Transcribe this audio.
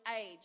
age